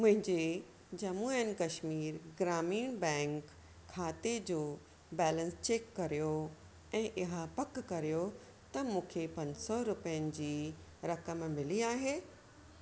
मुंहिंजे Jammu and Kashmir Grameen bank खाते जो बैलेंस चेक करियो ऐं इहा पकु करियो त मूंखे पंज सौ रुपियनि जी रक़म मिली आहे